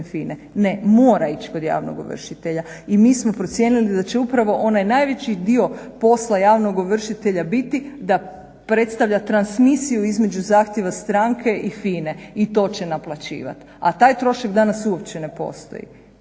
FINA-e. Ne, mora ići kod javnog ovršitelja i mi smo procijenili da će upravo onaj najveći dio posla javnog ovršitelja biti da predstavlja transmisiju između zahtjeva stranke i FINA-e i to će naplaćivati, a taj trošak danas uopće ne postoji.